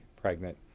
pregnant